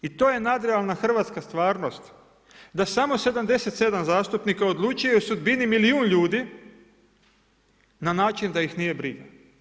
I to je nadrealna hrvatska stvarnost da samo 77 zastupnika odlučuje o sudbini milijun ljudi na način da ih nije briga.